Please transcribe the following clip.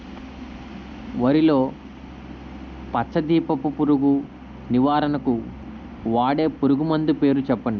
వరిలో పచ్చ దీపపు పురుగు నివారణకు వాడే పురుగుమందు పేరు చెప్పండి?